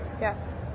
Yes